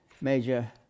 major